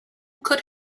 could